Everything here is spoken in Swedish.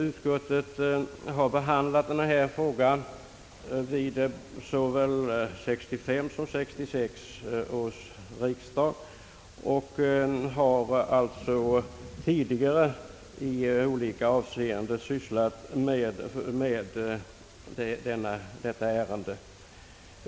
Utskottet har behandlat denna fråga vid såväl 1965 som 1966 års riksdag, och ärendet är därför inte nytt för utskottet.